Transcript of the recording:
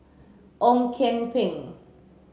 Ong Kian Peng